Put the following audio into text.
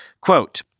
Quote